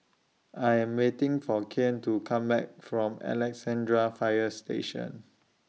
I Am waiting For Kian to Come Back from Alexandra Fire Station